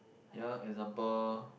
ya example